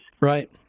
Right